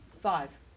Five